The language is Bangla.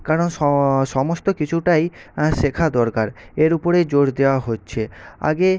কারণ সমস্ত কিছুটাই শেখা দরকার এর উপরেই জোর দেওয়া হচ্ছে আগে